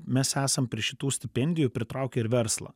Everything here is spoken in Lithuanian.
mes esam prie šitų stipendijų pritraukę ir verslą